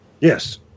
Yes